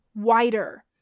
wider